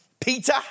Peter